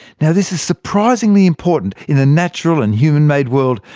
you know this is surprisingly important in the natural and human-made world,